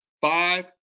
five